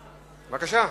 בבקשה,